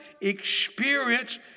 experience